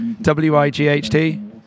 W-I-G-H-T